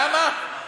למה?